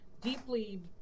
deeply